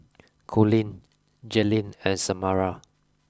Coleen Jailene and Samara